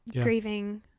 grieving